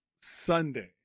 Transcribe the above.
Sunday